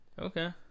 okay